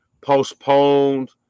postponed